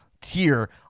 tier